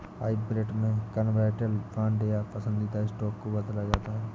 hybrid में convertible bond या पसंदीदा स्टॉक को बदला जाता है